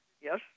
yes